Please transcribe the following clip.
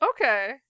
Okay